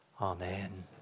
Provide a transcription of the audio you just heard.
Amen